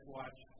watch